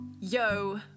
Yo